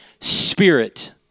Spirit